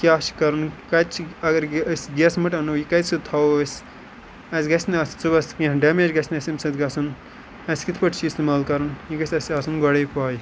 کیاہ چھُ کَرُن کَتہِ چھُ اَگَر أسۍ گیسہٕ مٔٹ اَنَو یہِ کَتہِ تھاوو أسۍ اَسہِ گَژھِ نہٕ اَتھ صُبحَس کینٛہہ ڈیمیج گَژھِ نہٕ اَسہِ امہِ سۭتۍ گَژھُن اَسہِ کِتھ پٲٹھۍ چھُ یہِ اِستعمال کَرُن یہِ گَژھِ اَسہِ آسُن گۄڈے پاے